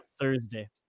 Thursday